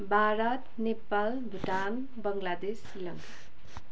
Bharat Nepal Bhutan Bangladesh Sri Lanka